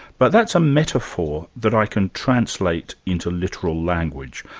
but that's a metaphor that i can translate into literal language.